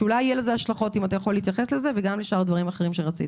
שאולי יהיו לזה השלכות, וגם לשאר הדברים שרצית.